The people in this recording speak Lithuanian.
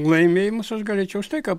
laimėjimus aš galėčiau štai ką